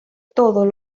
todos